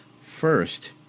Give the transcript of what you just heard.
First